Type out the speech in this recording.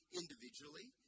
individually